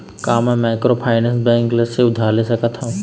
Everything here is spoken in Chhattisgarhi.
का मैं माइक्रोफाइनेंस बैंक से उधार ले सकत हावे?